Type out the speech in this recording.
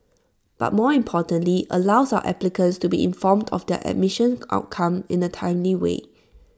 but more importantly allows our applicants to be informed of their admission outcome in A timely way